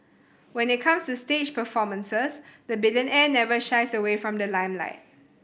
when it comes to stage performances the billionaire never shies away from the limelight